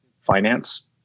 finance